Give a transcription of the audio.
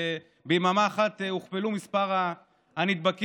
ביממה אחת הוכפל מספר הנדבקים.